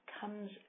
Comes